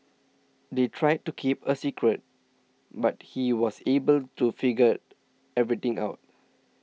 they tried to keep it a secret but he was able to figure everything out